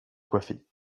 coiffer